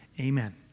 Amen